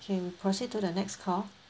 okay proceed to the next call